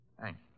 Thanks